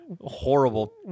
Horrible